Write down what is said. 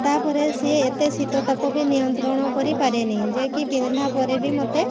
ତା'ପରେ ସିଏ ଏତେ ଶୀତ ତାପ ବି ନିୟନ୍ତ୍ରଣ କରିପାରେନି ଯେ କି ପିନ୍ଧିଲା ପରେ ବି ମୋତେ